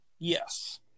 Yes